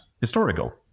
historical